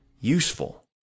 useful